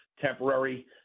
temporary